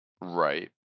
Right